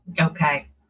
Okay